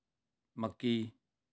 ਮੱਕੀ